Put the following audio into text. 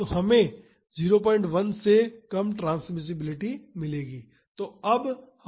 तो हमें 01 से कम ट्रांसमिसिबिलिटी मिलेगी